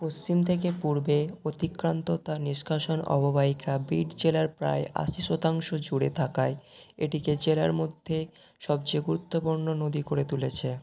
পশ্চিম থেকে পূর্বে অতিক্রান্ত তা নিষ্কাশন অববাহিকা বিড জেলার প্রায় আশি শতাংশ জুড়ে থাকায় এটিকে জেলার মধ্যে সবচেয়ে গুরুত্বপূর্ণ নদী করে তুলেছে